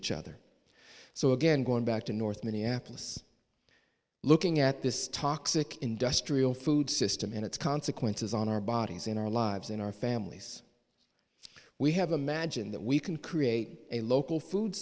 each other so again going back to north minneapolis looking at this toxic industrial food system and its consequences on our bodies in our lives in our families we have imagine that we can create a local food